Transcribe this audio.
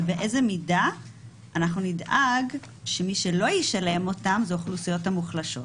ובאיזה מידה אנחנו נדאג שמי שלא ישלם אותם זה האוכלוסיות המוחלשות.